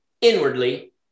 inwardly